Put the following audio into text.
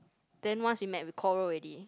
then once we met we quarrel already